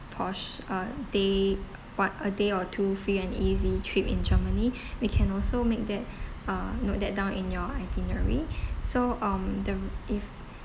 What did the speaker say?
porti~ uh day what a day or two free and easy trip in germany we can also make that uh note that down in your itinerary so um the if